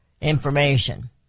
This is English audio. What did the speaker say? information